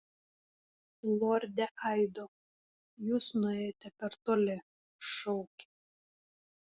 lorde aido jūs nuėjote per toli šaukė